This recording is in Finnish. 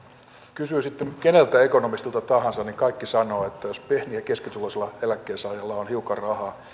kysyi sitten keneltä ekonomistilta tahansa niin kaikki sanovat että jos pieni ja keskituloisella eläkkeensaajalla on hiukan rahaa